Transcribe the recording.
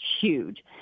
huge